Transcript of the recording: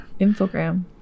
infogram